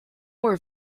were